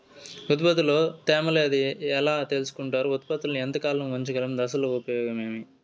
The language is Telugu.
ఉత్పత్తి లో తేమ లేదని ఎలా తెలుసుకొంటారు ఉత్పత్తులను ఎంత కాలము ఉంచగలము దశలు ఉపయోగం ఏమి?